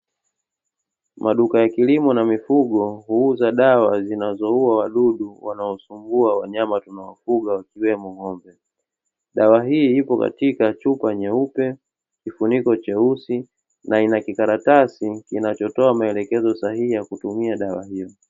Maduka ya kilimo na mifugo huuza dawa zinazoua wadudu wanaosumbua wanyama tunaofugwa ikiwemo ng'ombe. Dawa hii ipo katika chupa nyeupe, kifuniko cheusi, na ina kikaratasi kinachotoa maelekezo sahihi ya kutumia dawa hiyo.